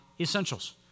essentials